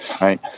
right